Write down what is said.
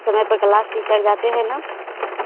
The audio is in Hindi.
समय पर क्लास टीचर जाते हैं ना